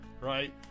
right